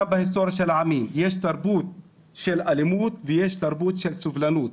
גם בהיסטוריה של הכל העמים יש תרבות של אלימות ויש תרבות של סובלנות.